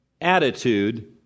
attitude